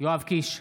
יואב קיש,